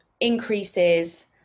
increases